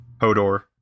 Hodor